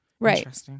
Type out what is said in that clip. Right